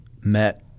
met